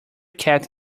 cat